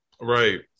right